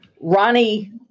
Ronnie